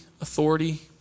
authority